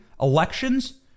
elections